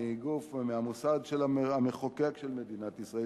מהמוסד המחוקק של מדינת ישראל,